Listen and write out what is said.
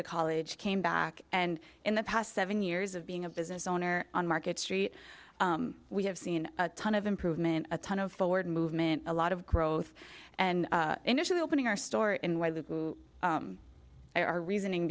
to college came back and in the past seven years of being a business owner on market street we have seen a ton of improvement a ton of forward movement a lot of growth and initially opening our store in way that our reasoning